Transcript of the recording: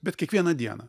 bet kiekvieną dieną